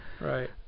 Right